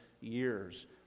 years